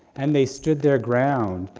and they stood their ground,